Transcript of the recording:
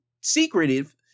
secretive